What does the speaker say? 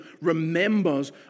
remembers